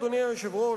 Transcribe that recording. אדוני היושב-ראש,